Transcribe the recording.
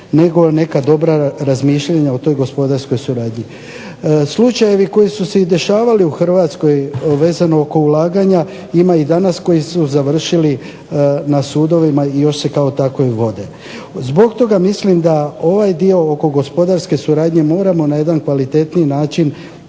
nego neka dobra razmišljanja o toj gospodarskoj suradnji. Slučajevi koji su se i dešavali u Hrvatskoj vezano oko ulaganja ima i danas koji su završili na sudovima i još se kao takvi vode. Zbog toga mislim da ovaj dio oko gospodarske suradnje moramo na jedan kvalitetniji način